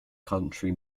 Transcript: country